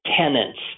tenants